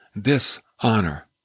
dishonor